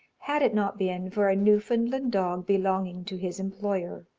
had it not been for a newfoundland dog belonging to his employer.